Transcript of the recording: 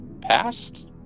past